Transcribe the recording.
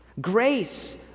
grace